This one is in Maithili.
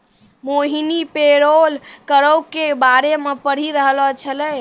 मोहिनी पेरोल करो के बारे मे पढ़ि रहलो छलै